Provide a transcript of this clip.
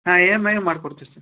ಹಾಂ E M ಐಯೂ ಮಾಡ್ಕೊಡ್ತೀವಿ ಸರ್